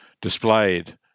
displayed